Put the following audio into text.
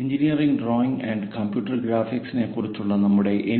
engineering drawing and computer graphics കുറിച്ചുള്ള നമ്മുടെ N